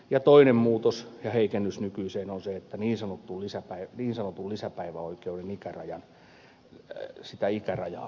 ja toinen muutos ja heikennys nykyiseen on se että niin sanotun lisäpäiväoikeuden ikärajaa korotetaan